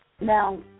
Now